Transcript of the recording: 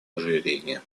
ожирения